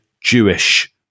Jewish